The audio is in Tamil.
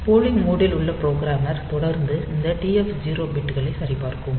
போலிங் மோட் ல் உள்ள புரோகிராமர் தொடர்ந்து இந்த TF0 பிட்களை சரிபார்க்கும்